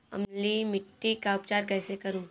अम्लीय मिट्टी का उपचार कैसे करूँ?